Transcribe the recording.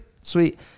sweet